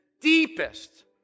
deepest